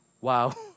Wow